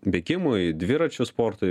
bėgimui dviračių sportui